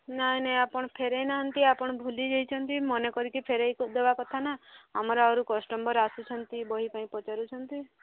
ନାହିଁ ନାହିଁ ଆପଣ ଫେରେଇନାହାନ୍ତି ଆପଣ ଭୁଲିଯାଇଛନ୍ତି ମନେକରିକି ଫେରାଇଦବା କଥା ନା ଭୁଲିଯିବା କଥା ଆମର ଆହୁରି କଷ୍ଟମର୍ ଆସୁଛନ୍ତି ବହି ପାଇଁ ପଚାରୁଛନ୍ତି